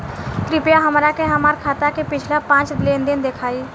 कृपया हमरा के हमार खाता के पिछला पांच लेनदेन देखाईं